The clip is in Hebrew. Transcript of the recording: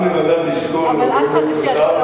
עם לבדד ישכון ובגויים לא יתחשב.